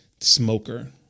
smoker